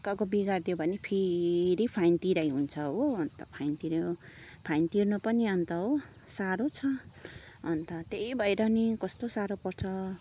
अर्काको बिगारिदियो भने फेरि फाइन तिराइ हुन्छ हो अन्त फाइन तिऱ्यो फाइन तिर्नु पनि अन्त हो साह्रो छ अन्त त्यही भएर नि कस्तो साह्रो पर्छ